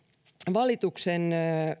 valituksen